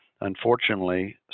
Unfortunately